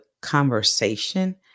conversation